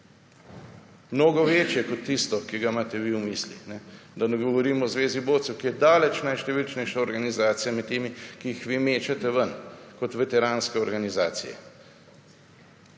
Mnogo večje, kot tisto, ki ga imate vi v mislih. Da ne govorim o Zvezi borcev, ki je daleč najštevilčnejša organizacija med temi, ki jih vi mečete ven, kot veteranske organizacije.